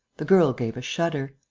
the girl gave a shudder.